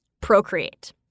procreate